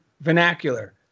vernacular